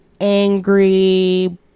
angry